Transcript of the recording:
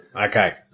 Okay